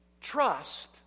trust